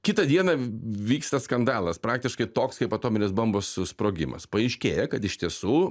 kitą dieną vyksta skandalas praktiškai toks kaip atominės bombos sprogimas paaiškėja kad iš tiesų